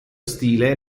stile